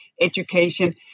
education